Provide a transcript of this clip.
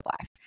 life